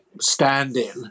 stand-in